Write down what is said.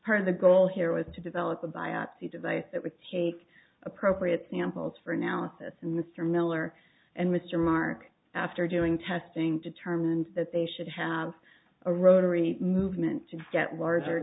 part of the goal here was to develop a biopsy device that would take appropriate samples for analysis and mr miller and mr mark after doing testing determined that they should have a rotary movement to get large